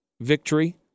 victory